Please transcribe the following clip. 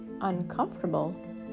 uncomfortable